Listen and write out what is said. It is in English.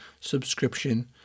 subscription